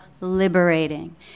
liberating